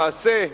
למעשה,